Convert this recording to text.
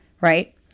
right